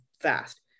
fast